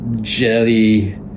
jelly